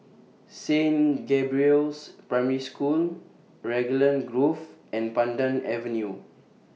Saint Gabriel's Primary School Raglan Grove and Pandan Avenue